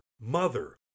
mother